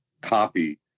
copy